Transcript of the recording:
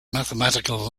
mathematical